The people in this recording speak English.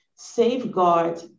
safeguard